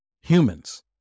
humans